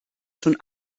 schon